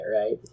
right